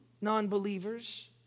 non-believers